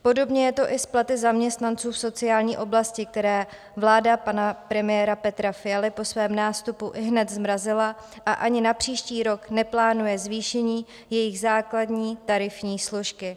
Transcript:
Podobně je to i s platy zaměstnanců v sociální oblasti, které vláda pana premiéra Petra Fialy po svém nástupu ihned zmrazila a ani na příští rok neplánuje zvýšení jejich základní tarifní složky.